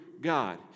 God